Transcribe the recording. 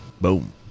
Boom